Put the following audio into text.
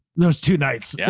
there was two nights, yeah